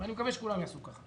שכולם יעשו כך.